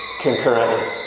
concurrently